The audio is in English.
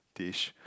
dish